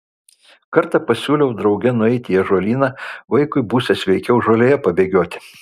kartą pasiūliau drauge nueiti į ąžuolyną vaikui būsią sveikiau žolėje pabėgioti